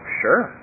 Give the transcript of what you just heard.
sure